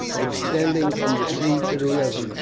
extending from the sea to the river,